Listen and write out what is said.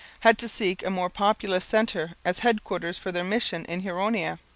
had to seek a more populous centre as headquarters for their mission in huronia.